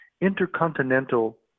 Intercontinental